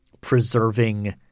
preserving